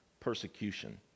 persecution